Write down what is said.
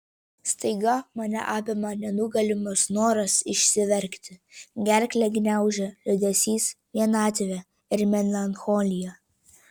staiga mane apima nenugalimas noras išsiverkti gerklę gniaužia liūdesys vienatvė ir melancholija